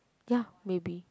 ya maybe